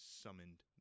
summoned